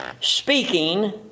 speaking